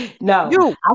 No